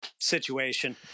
situation